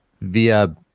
via